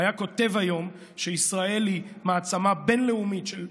היה כותב היום שישראל היא מעצמה בין-לאומית של מדע,